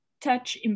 touch